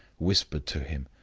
whispered to him,